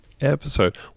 episode